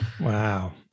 Wow